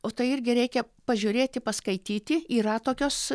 o tai irgi reikia pažiūrėti paskaityti yra tokios